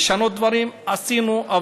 עשינו,